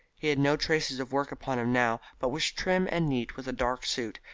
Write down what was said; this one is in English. he had no traces of work upon him now, but was trim and neat with a dark suit,